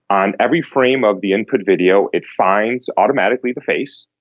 on every frame of the input video it finds automatically the face.